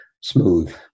smooth